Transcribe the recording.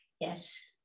Yes